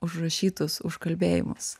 užrašytus užkalbėjimus